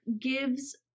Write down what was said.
gives